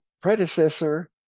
predecessor